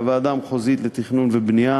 הוועדה המחוזית לתכנון ובנייה